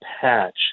patch